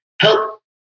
help